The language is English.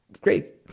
great